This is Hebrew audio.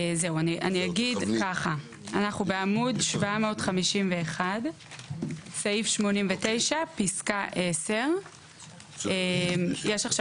אנחנו בעמוד 751 סעיף 89 פסקה 10. יש עכשיו